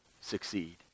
succeed